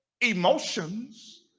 emotions